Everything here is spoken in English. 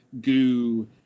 goo